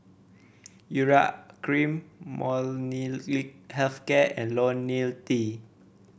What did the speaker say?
Urea Cream Molnylcke Health Care and IoniL T